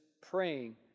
praying